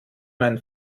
mein